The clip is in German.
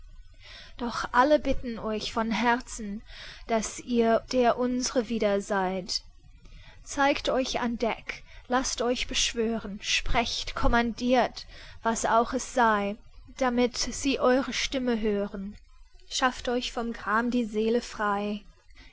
doch alle bitten euch von herzen daß ihr der unsre wieder seid zeigt euch an deck laßt euch beschwören sprecht kommandirt was auch es sei damit sie eure stimme hören schafft euch von gram die seele frei